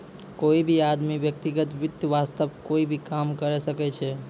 कोई भी आदमी व्यक्तिगत वित्त वास्तअ कोई भी काम करअ सकय छै